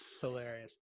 Hilarious